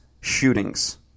shootings